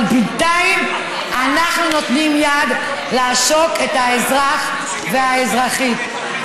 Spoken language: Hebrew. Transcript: אבל בינתיים אנחנו נותנים יד לעשוק את האזרח והאזרחית.